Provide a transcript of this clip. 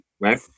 right